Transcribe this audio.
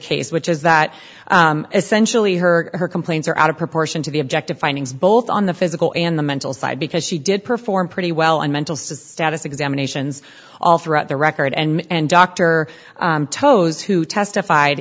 case which is that essentially her her complaints are out of proportion to the objective findings both on the physical and the mental side because she did perform pretty well on mental status examinations all throughout the record and dr tows who testified